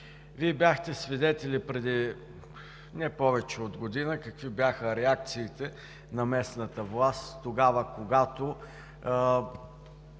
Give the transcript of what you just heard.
Вие бяхте свидетели преди не повече от година какви бяха реакциите на местната власт тогава, когато